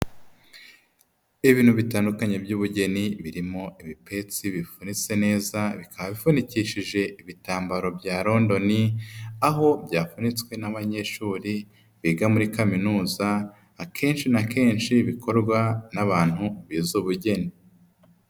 Ibintu bitandukanye by'ubugeni birimo ibipesi bifunitse neza bikaba bipfunikishije ibitambaro bya Londoni aho byapfunitswe n'abanyeshuri biga muri kaminuza akenshi na kenshi bikorwa n'abantu bize ubugeni.